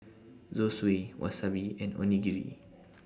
Zosui Wasabi and Onigiri